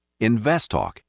InvestTalk